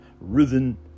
rhythm